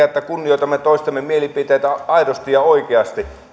että kunnioitamme toistemme mielipiteitä aidosti ja oikeasti